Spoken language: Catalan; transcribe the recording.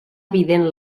evident